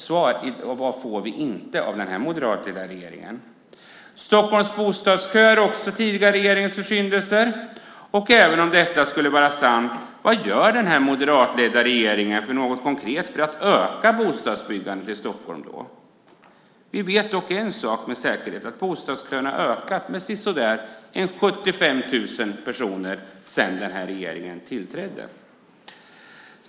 Svar får vi inte av den här moderatledda regeringen. Stockholms bostadsköer är också den tidigare regeringens försyndelser. Även om detta skulle vara sant, vad gör den här moderatledda regeringen konkret för att öka bostadsbyggandet i Stockholm? Vi vet en sak med säkerhet, att bostadsköerna ökat med ca 75 000 personer sedan den här regeringen tillträdde.